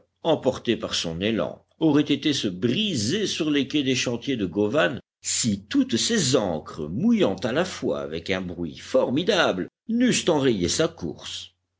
emporté par son élan aurait été se briser sur les quais des chantiers de govan si toutes ses ancres mouillant à la fois avec un bruit formidable n'eussent enrayé sa course